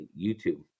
YouTube